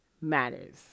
matters